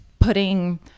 putting